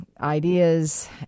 Ideas